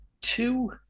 two